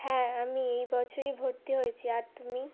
হ্যাঁ আমি এই বছরই ভর্তি হয়েছি আর তুমি